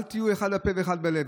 אל תהיו אחד בפה ואחד בלב.